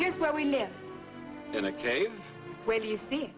here's where we live in a cave where do you see